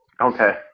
Okay